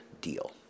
deal